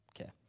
Okay